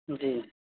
جی